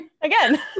again